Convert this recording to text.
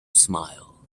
smile